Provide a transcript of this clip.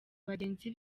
bagenzi